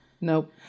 nope